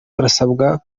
barasabwa